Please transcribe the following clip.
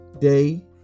day